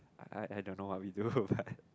I I don't know what we do but